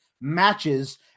matches